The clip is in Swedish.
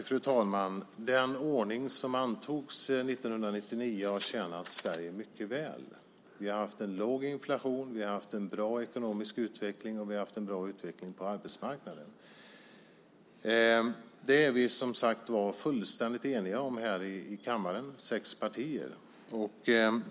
Fru talman! Den ordning som antogs 1999 har tjänat Sverige mycket väl. Vi har haft en låg inflation, vi har haft en bra ekonomisk utveckling och vi har haft en god utveckling på arbetsmarknaden. Det är vi fullständigt eniga om här i kammaren - sex partier.